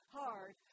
hard